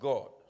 God